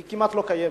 הוא כמעט לא קיים.